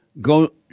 Go